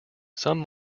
some